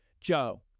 Joe